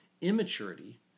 immaturity